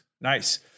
nice